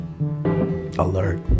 alert